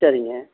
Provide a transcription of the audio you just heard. சரிங்க